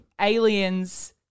aliens